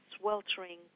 sweltering